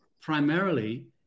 primarily